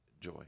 joy